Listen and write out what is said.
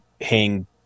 hang